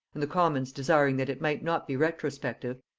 and the commons desiring that it might not be retrospective,